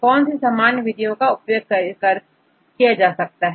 कौन सी सामान्य विधियों का उपयोग इसके लिए किया जाता है